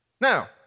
Now